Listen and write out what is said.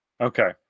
Okay